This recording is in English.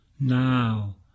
now